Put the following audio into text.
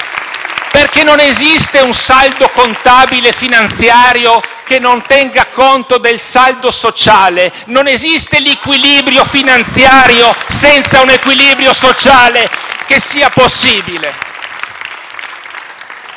esiste infatti un saldo contabile e finanziario che non tenga conto del saldo sociale; non esiste l'equilibrio finanziario, senza un equilibrio sociale che sia possibile.